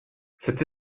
cette